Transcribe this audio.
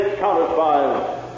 counter-spies